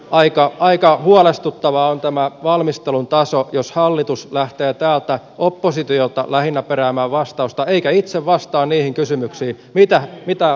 aika huolestuttavaa on tämä valmistelun taso jos hallitus lähtee täältä lähinnä oppositiolta peräämään vastausta eikä itse vastaa niihin kysymyksiin mitä hallitukselle esitetään